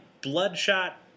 bloodshot